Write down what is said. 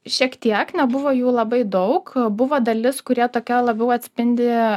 šiek tiek nebuvo jų labai daug buvo dalis kurie tokie labiau atspindi